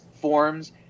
forms